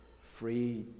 free